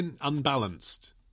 unbalanced